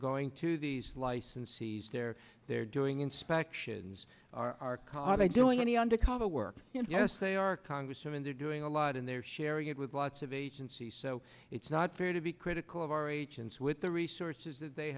going to these licensees there they're doing inspections are caught by doing any undercover work yes they are congressmen they're doing a lot and they're sharing it with lots of agencies so it's not fair to be critical of our agents with the resources that they